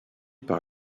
par